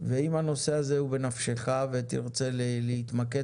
ואם הנושא הזה הוא בנפשך ותרצה להתמקד